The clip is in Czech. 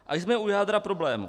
A jsme u jádra problému.